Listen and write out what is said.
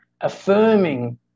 affirming